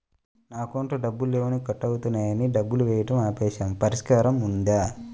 నా అకౌంట్లో డబ్బులు లేవు కట్ అవుతున్నాయని డబ్బులు వేయటం ఆపేసాము పరిష్కారం ఉందా?